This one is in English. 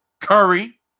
Curry